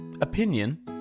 opinion